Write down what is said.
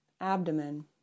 abdomen